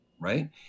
right